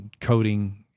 coding